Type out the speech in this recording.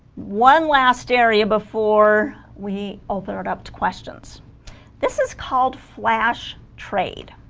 one last area before we all throw it up to questions this is called flash trade